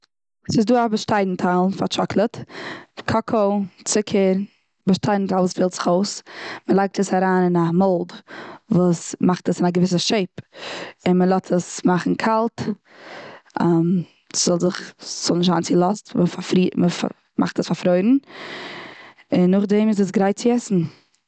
ס'איז דא א באשטיידענטיילן פאר טשאקלאד. קוקו, צוקער, באשטיידענטיילן וואס פעלט זיך אויס. מ'לייגט עס אריין אין א מאלד וואס מאכט עס און א געוויסע שעיפ. און מ'לאזט עס מאכן קאלט, ס'זאל זיך, ס'זאל נישט זיין צולאזט. מ'מאכט עס פארפרוירן. און נאך דעם איז עס גרייט צו עסן.